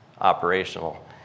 operational